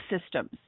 systems